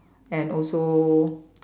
and also